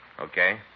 Okay